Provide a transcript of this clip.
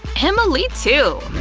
emily too!